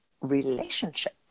relationship